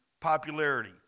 popularity